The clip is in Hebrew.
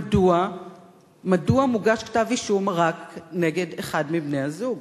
מדוע מוגש כתב-אישום רק נגד אחד מבני-הזוג?